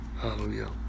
Hallelujah